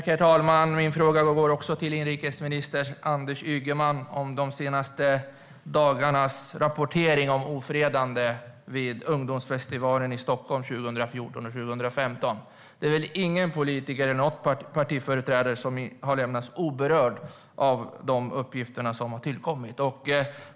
Herr talman! Även min fråga går till inrikesminister Anders Ygeman och handlar om de senaste dagarnas rapportering om ofredande vid ungdomsfestivalen i Stockholm 2014 och 2015. Det är väl ingen politiker eller partiföreträdare som har lämnats oberörd av de uppgifter som har tillkommit.